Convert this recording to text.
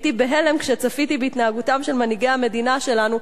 הייתי בהלם כשצפיתי בהתנהגותם של מנהיגי המדינה שלנו,